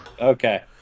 Okay